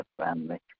family